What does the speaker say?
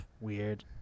Weird